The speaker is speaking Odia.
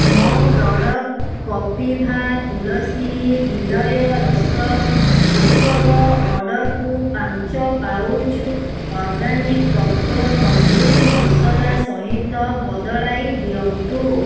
ମୋ ପ୍ରଡ଼କ୍ଟ୍ କପିଭା ତୁଲସୀ ଗିଲୟ ରସ ଗୁଡ଼ିକର ଅର୍ଡ଼ର୍କୁ ପାଞ୍ଚ ପାଉଚ୍ ଅର୍ଗାନିକ୍ ତତ୍ତ୍ଵ ତନ୍ଦୁରି ମସଲା ସହିତ ବଦଳାଇ ଦିଅନ୍ତୁ